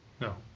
No